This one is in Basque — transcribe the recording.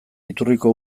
iturriko